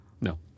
no